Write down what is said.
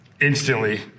instantly